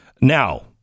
Now